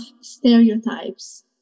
stereotypes